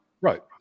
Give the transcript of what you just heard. right